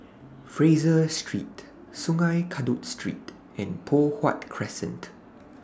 Fraser Street Sungei Kadut Street and Poh Huat Crescent